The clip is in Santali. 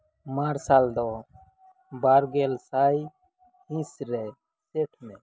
ᱢᱟᱨᱥᱟᱞ ᱫᱚ ᱵᱟᱨ ᱜᱮᱞ ᱥᱟᱭ ᱦᱤᱸᱥ ᱨᱮ ᱥᱮᱴ ᱢᱮ